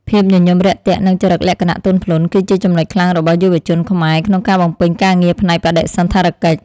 ភាពញញឹមរាក់ទាក់និងចរិតលក្ខណៈទន់ភ្លន់ គឺជាចំណុចខ្លាំងរបស់យុវជនខ្មែរក្នុងការបំពេញការងារផ្នែកបដិសណ្ឋារកិច្ច។